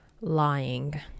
Lying